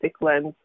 lens